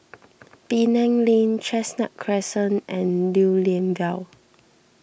Penang Lane Chestnut Crescent and Lew Lian Vale